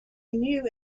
new